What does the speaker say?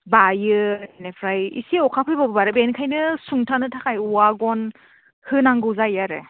बायो बेनिफ्राय इसे अखा फैबावबानो बेनिखायनो सुंथानो थाखाय औवा गन होनांगौ जायो आरो